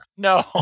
No